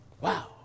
Wow